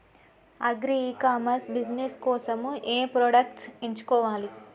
Agri e commerce business కోసము ఏ products ఎంచుకోవాలి?